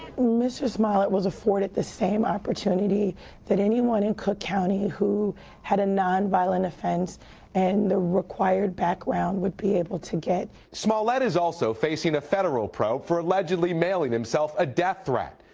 mr. smollett was afforded the same opportunity that anyone in cook county who had a nonviolent offense and the required background would be able to get. reporter smollett is also facing a federal probe for allegedly mailing himself a death threat.